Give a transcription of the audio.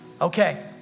Okay